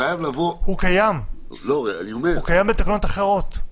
הוא קיים בתקנות אחרות.